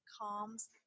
calms